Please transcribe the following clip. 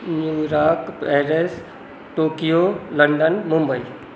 New York Paris Tokyo London Mumbai